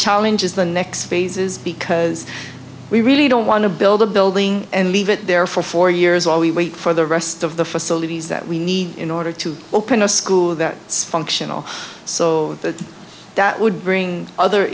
challenge is the next phases because we really don't want to build a building and leave it there for four years while we wait for the rest of the facilities that we need in order to open a school that functional so that would bring other